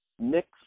mix